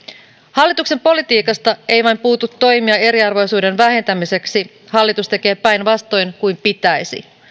hallituksen politiikasta ei ainoastaan puutu toimia eriarvoisuuden vähentämiseksi hallitus tekee päinvastoin kuin pitäisi